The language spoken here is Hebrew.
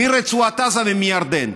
מרצועת עזה ומירדן.